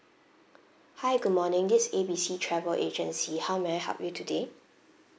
hi good morning this A B C travel agency how may I help you today